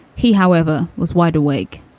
he, however, was wide awake,